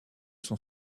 son